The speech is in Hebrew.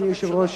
אדוני היושב-ראש,